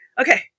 Okay